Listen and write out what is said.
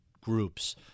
groups